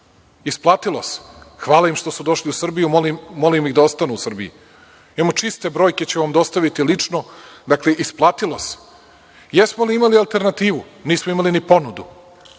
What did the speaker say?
Isplatilo se. Hvala im što su došli u Srbiju. Molim ih da ostanu u Srbiji. Čiste brojke ću vam dostaviti lično, dakle, isplatilo se. Jesmo li imali alternativu? Nismo imali ni ponudu